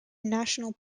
national